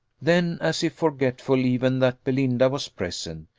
then, as if forgetful even that belinda was present,